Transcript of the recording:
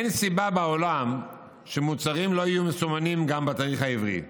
אין סיבה בעולם שמוצרים לא יהיו מסומנים גם בתאריך העברי.